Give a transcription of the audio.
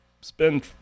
spend